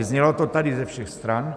Znělo to tady ze všech stran.